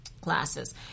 classes